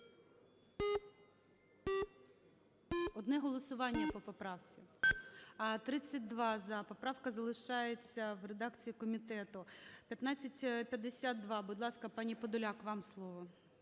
Одне голосування по поправці. 11:24:42 За-32 Поправка залишається в редакції комітету. 1552. Будь ласка, пані Подоляк, вам слово.